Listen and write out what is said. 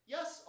Yes